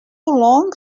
long